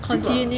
he took ah